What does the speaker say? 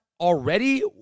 already